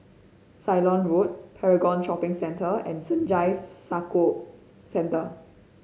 Ceylon Road Paragon Shopping Centre and Senja Soka Centre